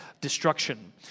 destruction